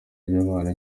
ry’abantu